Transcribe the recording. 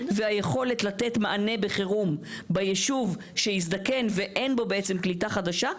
והיכולת לתת מענה בחירום בישוב שהזדקן ואין בו בעצם קליטה חדשה,